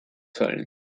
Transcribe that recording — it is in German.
sollen